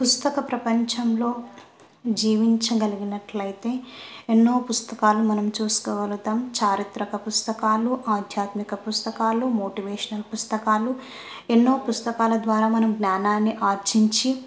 పుస్తక ప్రపంచంలో జీవించగలిగినట్టయితే ఎన్నో పుస్తకాలు మనం చూసుకోగలుగుతాము చారిత్రక పుస్తకాలు ఆధ్యాత్మిక పుస్తకాలు మోటివేషనల్ పుస్తకాలు ఎన్నో పుస్తకాల ద్వారా మనం జ్ఞానాన్ని ఆర్జించి